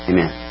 Amen